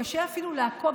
קשה אפילו לעקוב,